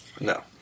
No